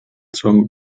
some